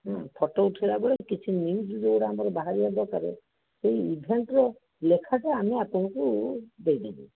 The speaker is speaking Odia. ଉଁ ଫଟୋ ଉଠାଇଲାବେଳେ କିଛି ନ୍ୟୁଜ ଯେଉଁଗୁଡ଼ା ଆମର ବାହାରିଆ ଦରକାର ଏହି ଇଭେଣ୍ଟର ଲେଖାଟା ଆମେ ଆପଣଙ୍କୁ ଦେଇଦେବୁ